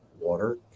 water